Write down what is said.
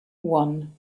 one